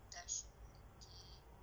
that's